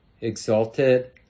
exalted